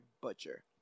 Butcher